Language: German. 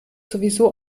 sowieso